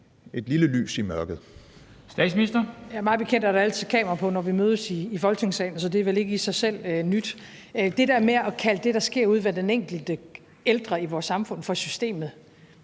Statsministeren (Mette Frederiksen): Mig bekendt er der altid kamera på, når vi mødes i Folketingssalen, så det er vel ikke i sig selv nyt. I forhold til det der med at kalde det, der sker ude ved den enkelte ældre i vores samfund, for systemet: